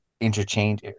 Interchange